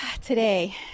Today